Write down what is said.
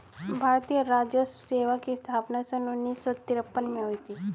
भारतीय राजस्व सेवा की स्थापना सन उन्नीस सौ तिरपन में हुई थी